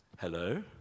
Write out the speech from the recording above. Hello